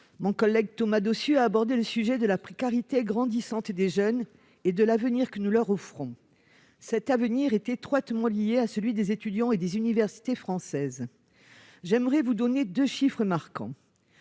mon collègue Thomas Dossus a abordé le sujet de la précarité grandissante des jeunes et de l'avenir que nous leur offrons. Cet avenir est étroitement lié à celui des étudiants et des universités françaises. J'aimerais vous donner deux chiffres marquants.